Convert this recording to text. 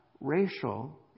racial